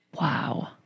Wow